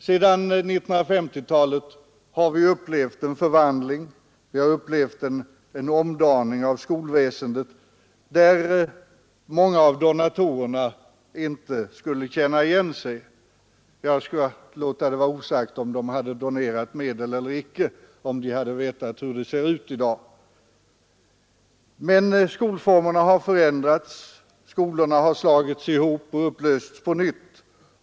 Sedan 1950-talet har vi upplevt en förvandling och omdaning av skolväsendet, där många av donatorerna inte skulle känna igen sig — jag skall låta det vara osagt om de hade instiftat sina donationer eller inte om de hade vetat hur skolan skulle se ut i dag. Skolformerna har förändrats, skolor har slagits ihop och upplösts på nytt.